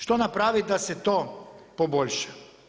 Što napraviti da se to poboljša?